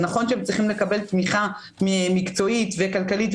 נכון שהם צריכים לקבל תמיכה מקצועית וכלכלית,